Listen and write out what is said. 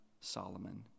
Solomon